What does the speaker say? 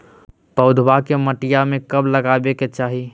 पौधवा के मटिया में कब लगाबे के चाही?